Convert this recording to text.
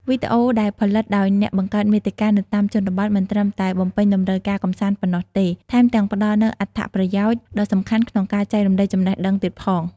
វីដេអូដែលផលិតដោយអ្នកបង្កើតមាតិកានៅតាមជនបទ មិនត្រឹមតែបំពេញតម្រូវការកម្សាន្តប៉ុណ្ណោះទេ ថែមទាំងផ្តល់នូវអត្ថប្រយោជន៍ដ៏សំខាន់ក្នុងការចែករំលែកចំណេះដឹងទៀតផង។